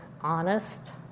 honest